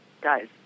guys